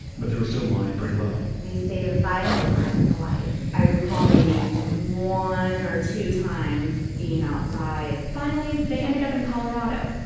but they were still lying pretty low. we've stayed inside all the time in hawaii. i recall maybe one or two times being outside. finally, they ended up in colorado.